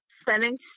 spending